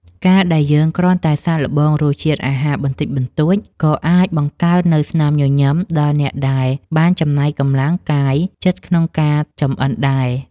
ការដែលយើងគ្រាន់តែសាកល្បងរសជាតិអាហារបន្តិចបន្តួច ក៏អាចបង្កើននូវស្នាមញញឹមដល់អ្នកដែលបានចំណាយកម្លាំងកាយចិត្តក្នុងការចម្អិនដែរ។